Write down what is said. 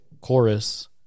chorus